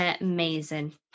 Amazing